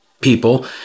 people